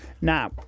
Now